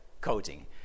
coating